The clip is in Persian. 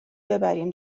ببریم